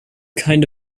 kind